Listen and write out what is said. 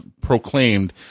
proclaimed